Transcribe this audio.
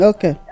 Okay